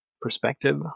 perspective